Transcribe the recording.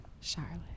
Charlotte